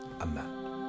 Amen